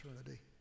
eternity